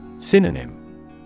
Synonym